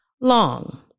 long